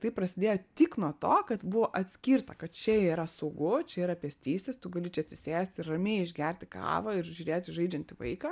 tai prasidėjo tik nuo to kad buvo atskirta kad čia yra saugu čia yra pėstysis tu gali čia atsisėsti ir ramiai išgerti kavą ir žiūrėti žaidžiantį vaiką